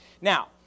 Now